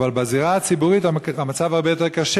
בזירה הציבורית המצב הרבה יותר קשה.